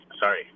sorry